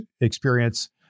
experience